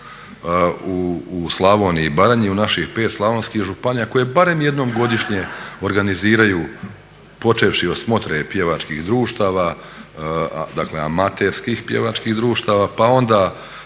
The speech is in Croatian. u Slavoniji i Baranji u naših pet slavonskih županija koje barem jednom godišnje organiziraju počevši od smotre pjevačkih društava, dakle amaterskih pjevačkih društava pa onda